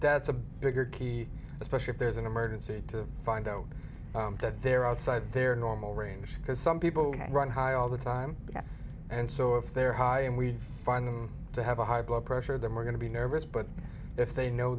that's a bigger key especially if there's an emergency to find out that they're outside their normal range because some people run high all the time and so if they're high and we find them to have a high blood pressure then we're going to be nervous but if they know